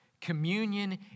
Communion